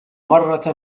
مرة